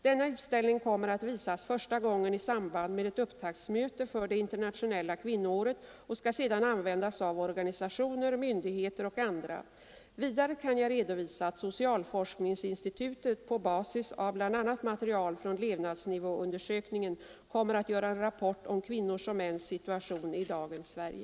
Denna utställning kommer att visas första gången i samband med ett upptaktsmöte för det internationella kvinnoåret och skall sedan användas av organisationer, myndigheter och andra. Vidare kan jag redovisa att socialforskningsinstitutet på basis av bl.a. material från levnadsnivåundersökningen kommer att göra en rapport om kvinnors och mäns situation i dagens Sverige.